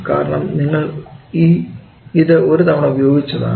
കാരണം നിങ്ങൾ ഇത് ഒരു തവണ ഉപയോഗിച്ചതാണ്